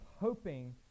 hoping